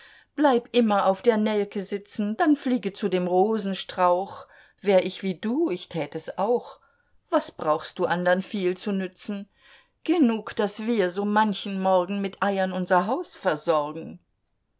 bleib immer auf der nelke sitzen dann fliege zu dem rosenstrauch wär ich wie du ich tät es auch was brauchst du andern viel zu nützen genug daß wir so manchen morgen mit eiern unser haus versorgen